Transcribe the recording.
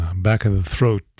back-of-the-throat